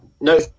no